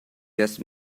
just